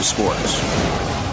Sports